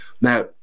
Now